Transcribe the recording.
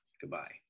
goodbye